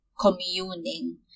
communing